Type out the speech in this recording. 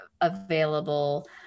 available